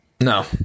No